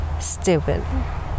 Stupid